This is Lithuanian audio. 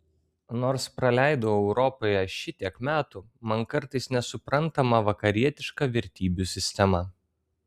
nors praleidau europoje šitiek metų man kartais nesuprantama vakarietiška vertybių sistema